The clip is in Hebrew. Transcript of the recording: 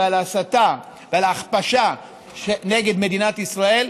על הסתה ועל הכפשה נגד מדינת ישראל,